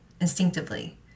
instinctively